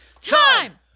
time